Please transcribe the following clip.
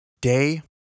Day